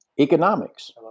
economics